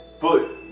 foot